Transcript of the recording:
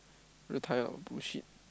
look tired of the bullshit